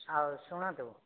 ଆଉ ଶୁଣନ୍ତୁ